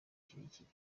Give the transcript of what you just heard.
kirekire